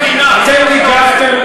אבל אין פרופורציה.